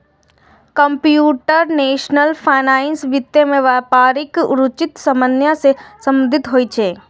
computational finance वित्त मे व्यावहारिक रुचिक समस्या सं संबंधित होइ छै